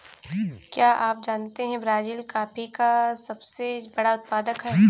क्या आप जानते है ब्राज़ील कॉफ़ी का सबसे बड़ा उत्पादक है